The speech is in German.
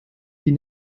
die